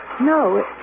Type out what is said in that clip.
No